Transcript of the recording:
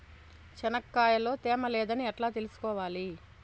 చెనక్కాయ లో తేమ లేదని ఎట్లా తెలుసుకోవాలి?